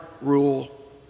rule